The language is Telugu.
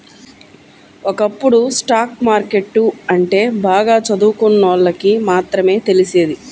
ఒకప్పుడు స్టాక్ మార్కెట్టు అంటే బాగా చదువుకున్నోళ్ళకి మాత్రమే తెలిసేది